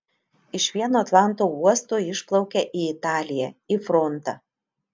iš vieno atlanto uosto išplaukia į italiją į frontą